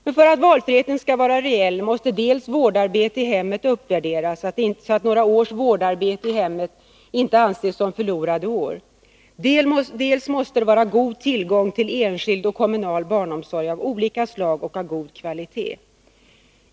Men för att valfriheten skall bli reell, måste vårdarbete i hemmet uppvärderas, så att några års vårdarbete i hemmet inte anses som förlorade år. Dessutom måste det finnas en god tillgång till enskild och kommunal barnomsorg av olika slag och av god kvalitet.